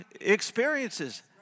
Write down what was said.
experiences